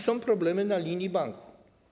Są problemy na linii banków.